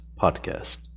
podcast